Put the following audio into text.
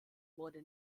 wurde